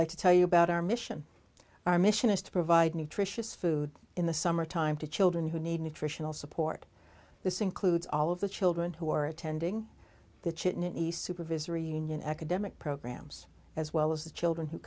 like to tell you about our mission our mission is to provide nutritious food in the summertime to children who need nutritional support this includes all of the children who are attending the chiton east supervisory union academic programs as well as the children who